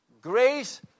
grace